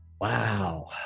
Wow